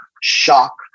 shock